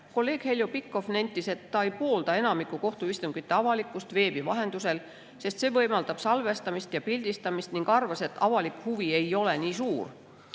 Kolleeg Heljo Pikhof nentis, et ta ei poolda enamiku kohtuistungite avalikustamist veebi vahendusel, sest see võimaldab salvestamist ja pildistamist, ning arvas, et avalik huvi ei ole nii suur.